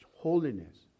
holiness